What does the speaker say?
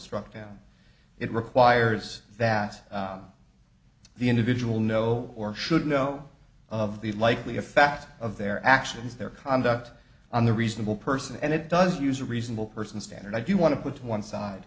struck down it requires that the individual know or should know of the likely effect of their actions their conduct on the reasonable person and it does use a reasonable person standard i do want to put to one side